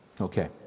Okay